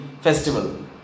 festival